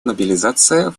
мобилизация